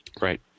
Right